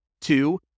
Two